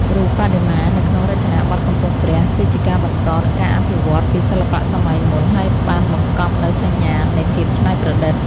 រូបបដិមានៅក្នុងរចនាបថកំពង់ព្រះ គឺជាការបន្ត និងការអភិវឌ្ឍន៍ពីសិល្បៈសម័យមុន ហើយបានបង្កប់នូវសញ្ញាណនៃភាពច្នៃប្រឌិត ។